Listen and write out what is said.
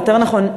או יותר נכון,